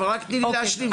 ודאי, אבל רק תני לי להשלים.